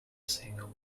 single